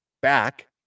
back